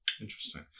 Interesting